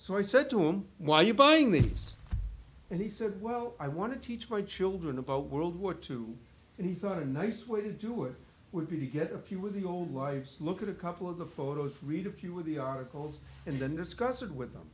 so i said to him why are you buying these and he said well i want to teach my children about world war two and he thought a nice way to do it would be to get a few of the old wives look at a couple of the photos read a few of the articles and then discuss it with them